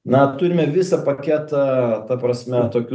na turime visą paketą ta prasme tokių